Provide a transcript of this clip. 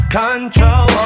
control